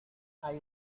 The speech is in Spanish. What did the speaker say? hay